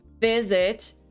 visit